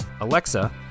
Alexa